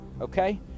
okay